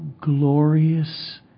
glorious